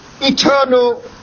eternal